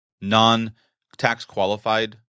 non-tax-qualified